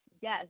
Yes